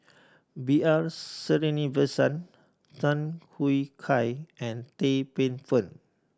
B R Sreenivasan Tham Yui Kai and Tan Paey Fern